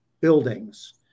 buildings